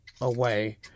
away